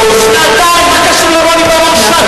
אני התייחסתי בעדינות.